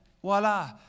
voila